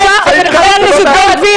הערבית ------ חבר הכנסת בן גביר,